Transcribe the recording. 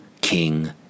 king